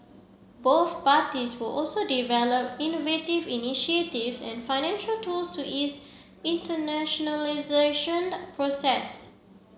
both parties will also develop innovative initiatives and financial tools to ease internationalisation process